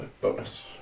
bonus